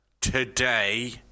today